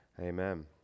Amen